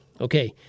Okay